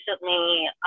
recently